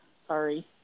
Sorry